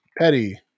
Petty